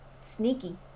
sneaky